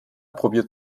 probiert